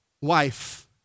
wife